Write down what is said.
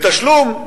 בתשלום,